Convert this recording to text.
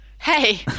Hey